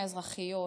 האזרחיות,